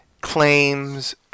claims